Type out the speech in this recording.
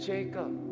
Jacob